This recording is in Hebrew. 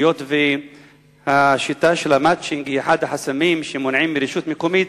היות ששיטת ה"מצ'ינג" היא אחד החסמים שמונעים מרשות מקומית